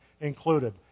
included